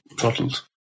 throttled